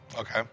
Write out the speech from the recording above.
Okay